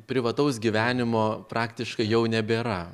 privataus gyvenimo praktiškai jau nebėra